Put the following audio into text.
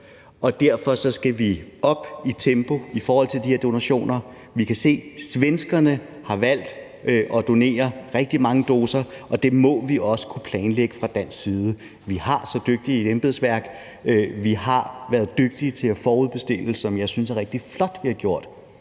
og derfor skal vi op i tempo i forhold til de her donationer. Vi kan se, at svenskerne har valgt at donere rigtig mange doser, og det må vi også kunne planlægge fra dansk side. Vi har så dygtigt et embedsværk, og vi har været dygtige til at forudbestille, hvad jeg synes er rigtig flot vi har gjort.